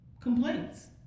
complaints